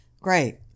great